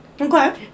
Okay